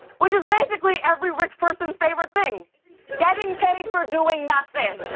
which is basically every rich person's favorite thing getting paid for doing nothing.